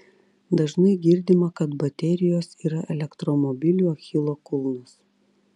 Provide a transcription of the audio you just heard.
dažnai girdima kad baterijos yra elektromobilių achilo kulnas